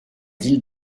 ville